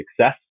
success